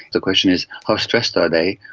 the question is, how stressed are they,